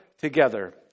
together